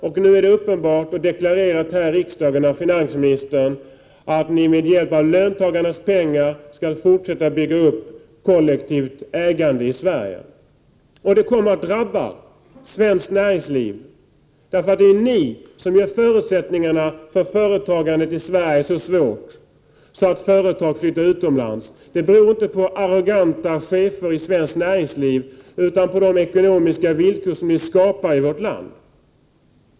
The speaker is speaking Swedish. Och nu är det uppenbart, vilket har deklarerats i riksdagen av finansministern, att socialdemokraterna med hjälp av löntagarnas pengar skall fortsätta att bygga upp ett kollektivt ägande i Sverige. Det kommer att drabba svenskt näringsliv, därför det är ni som gör att förutsättningarna för företagen i Sverige är så svåra att företag flyttar utomlands. Det beror inte på arroganta chefer i svenskt näringsliv utan på de ekonomiska villkor som ni skapar i vårt land.